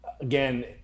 Again